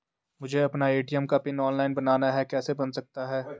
मुझे अपना ए.टी.एम का पिन ऑनलाइन बनाना है कैसे बन सकता है?